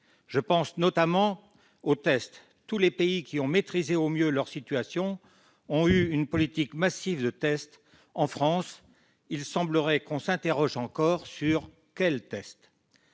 Je pense notamment aux tests. Tous les pays qui ont maîtrisé au mieux leur situation ont eu une politique massive de tests. En France, il semblerait que l'on s'interroge encore sur lequel choisir